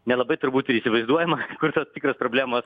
nelabai turbūt ir įsivaizduojama kur tos tikros problemos